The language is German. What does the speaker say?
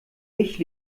ich